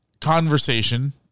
conversation